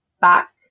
back